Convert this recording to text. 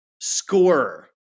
scorer